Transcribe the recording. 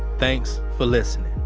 thanks for listening.